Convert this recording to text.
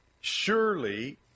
surely